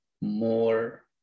more